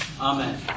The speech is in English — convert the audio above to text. Amen